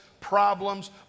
problems